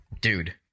Dude